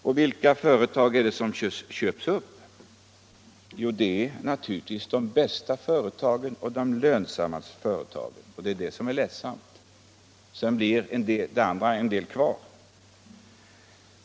Och vilka företag är det som köps upp? Jo, det är naturligtvis de bästa och de lönsammaste företagen. Detta är det ledsamma. Sedan blir många gånger de sämre kvar.